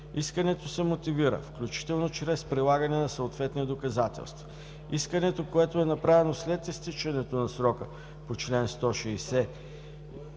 Искането се мотивира, включително чрез прилагане на съответни доказателства. Искане, което е направено след изтичането на срока по чл. 160,